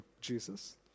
jesus